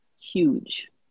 huge